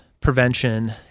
prevention